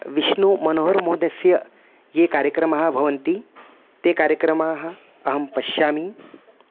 विष्णुमनोहर् महोदयस्य ये कार्यक्रमाः भवन्ति ते कार्यक्रमान् अहं पश्यामि